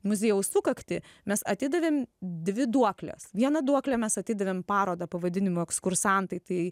muziejaus sukaktį mes atidavėm dvi duokles vieną duoklę mes atidavėm parodą pavadinimu ekskursantai tai